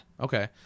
Okay